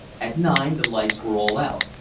at nine the lights were all out.